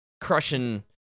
crushing –